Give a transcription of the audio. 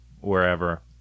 wherever